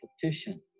competition